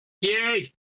Yay